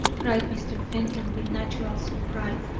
cried mr. fenton, with natural surprise.